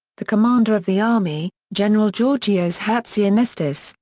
the commander of the army, general georgios hatzianestis,